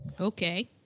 Okay